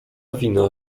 wina